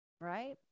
right